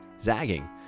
zagging